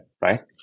right